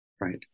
right